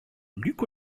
luc